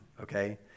okay